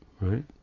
right